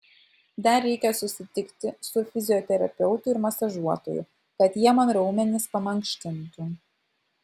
dar reikia susitikti su fizioterapeutu ir masažuotoju kad jie man raumenis pamankštintų